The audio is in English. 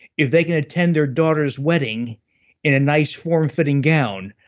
if they can attend their daughter's wedding in a nice form-fitting gown,